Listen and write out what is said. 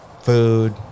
food